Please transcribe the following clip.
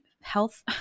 health